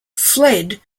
fled